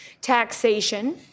taxation